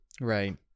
Right